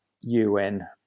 UN